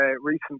recent